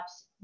apps